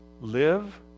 live